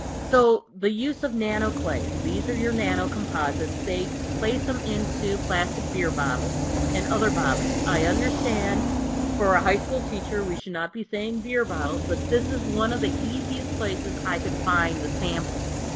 so the use of nanoclays. these are your nanocomposites. they place them into plastic beer bottles and other bottles. i understand for a high school teacher we should not be saying beer bottles, but this is one of the easiest places i could find the samples.